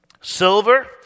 silver